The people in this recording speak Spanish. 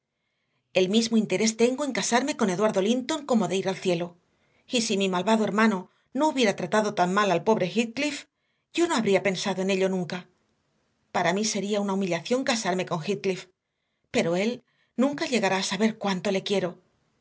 el mismo interés tengo en casarme con eduardo linton como de ir al cielo y si mi malvado hermano no hubiera tratado tan mal al pobre heathcliff yo no habría pensado en ello nunca para mí sería una humillación casarme con heathcliff pero él nunca llegará a saber cuánto le quiero